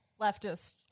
leftist